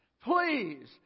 Please